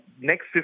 next